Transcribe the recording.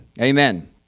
Amen